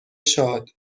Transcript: شاد